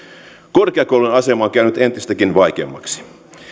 korkeakoulujen asema on käynyt entistäkin vaikeammaksi